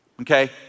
okay